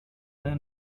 any